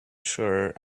sure